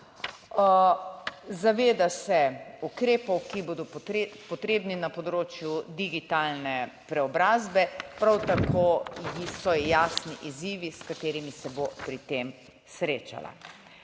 Zaveda se ukrepov, ki bodo potrebni na področju digitalne preobrazbe, prav tako so jasni izzivi s katerimi se bo pri tem srečala.